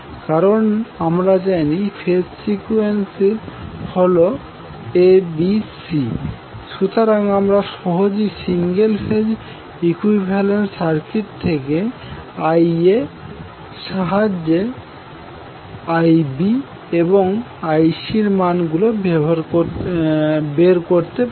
কারণ আমরা জানি ফেজ ফ্রিকোয়েন্সি হলো ABC সুতরাং আমরা সহজেই সিঙ্গেল ফেজ ইকুইভেলেন্ট সার্কিট থেকে Ia সাহায্যে Ib এবং Icএর মানগুলি বের করতে পেতে পারি